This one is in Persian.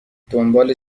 دنبال